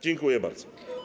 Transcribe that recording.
Dziękuję bardzo.